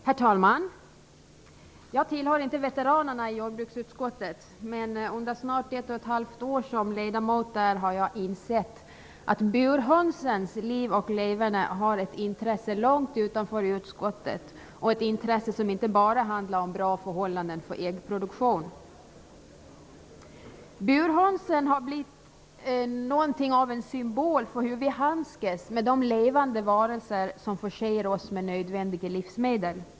Herr talman! Jag tillhör inte veteranerna i jordbruksutskottet, men under snart ett och ett halvt år som ledamot där har jag insett att burhönsens liv och leverne har ett intresse långt utanför utskottet, ett intresse som inte bara handlar om bra förhållanden för äggproduktion. Burhönsen har blivit något av en symbol för hur vi handskas med de levande varelser som förser oss med nödvändiga livsmedel.